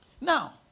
Now